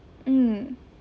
mm